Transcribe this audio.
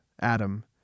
Adam